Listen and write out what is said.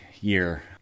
year